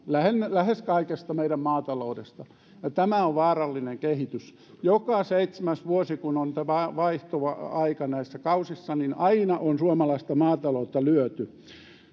lähes kaikesta meidän maataloudestamme ja tämä on vaarallinen kehitys aina joka seitsemäs vuosi kun on tämä vaihtuva aika näissä kausissa on suomalaista maataloutta lyöty